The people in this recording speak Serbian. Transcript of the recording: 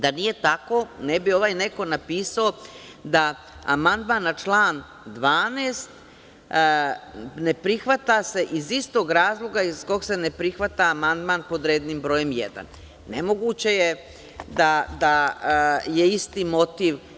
Da nije tako, ne bi ovaj neko napisao da amandman na član 12. ne prihvata se iz istog razloga iz kog se ne prihvata amandman pod rednim brojem 1. Nemoguće je da je isti motiv.